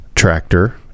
tractor